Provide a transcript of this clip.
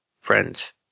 friends